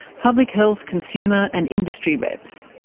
public health, consumer and industry reps.